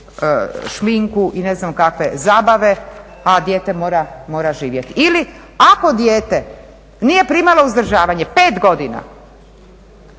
šminku i ne znam kakve zabave, a dijete mora živjeti. Ili ako dijete nije primalo uzdržavanje 5 godina